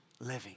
living